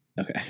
Okay